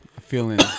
Feeling